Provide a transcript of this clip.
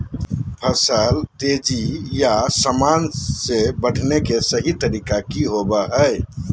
फसल तेजी बोया सामान्य से बढने के सहि तरीका कि होवय हैय?